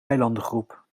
eilandengroep